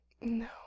No